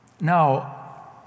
Now